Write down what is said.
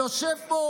יושב פה